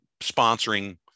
sponsoring